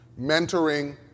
mentoring